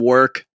Work